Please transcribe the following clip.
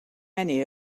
many